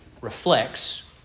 reflects